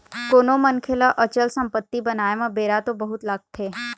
कोनो मनखे ल अचल संपत्ति बनाय म बेरा तो बहुत लगथे